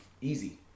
easy